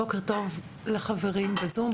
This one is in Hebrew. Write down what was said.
בוקר טוב לחברים בזום,